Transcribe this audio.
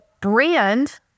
brand